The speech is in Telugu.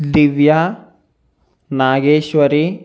దివ్య నాగేశ్వరి